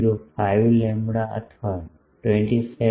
005 lambda અથવા 27